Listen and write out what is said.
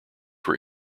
were